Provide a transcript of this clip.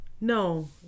No